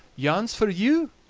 yon's for you.